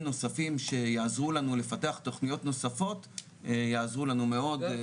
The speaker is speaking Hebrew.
נוספים שיעזרו לנו לפתח תכניות נוספות יעזרו לנו מאוד.